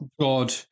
God